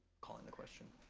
calling the question.